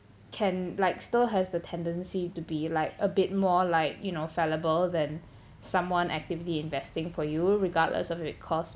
can like still has the tendency to be like a bit more like you know fallible than someone actively investing for you regardless of it cause